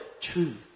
truth